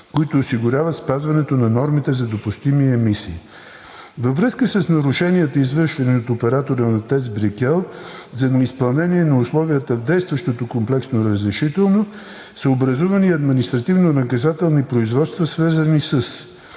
които осигуряват спазването на нормите за допустими емисии. Във връзка с нарушенията, извършени от оператора на ТЕЦ „Брикел“, за неизпълнение на условията в действащото комплексно разрешително са образувани административнонаказателни производства, свързани с: